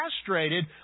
castrated